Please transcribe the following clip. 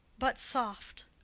but soft!